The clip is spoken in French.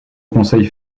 conseil